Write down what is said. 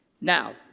Now